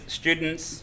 students